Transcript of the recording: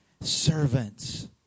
servants